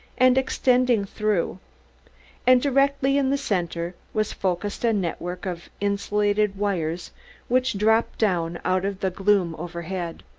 and extending through and directly in the center was focused a network of insulated wires which dropped down out of the gloom overhead.